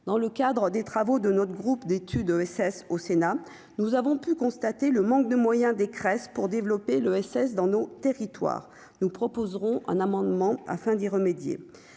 dans le cadre des travaux de notre groupe d'étude ESS au Sénat, nous avons pu constater le manque de moyens des crèches pour développer l'ESS dans nos territoires, nous proposerons un amendement afin d'y remédier,